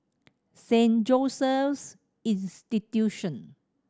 Saint Joseph's Institution